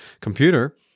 computer